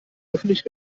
öffentlich